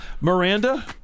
Miranda